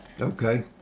Okay